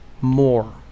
more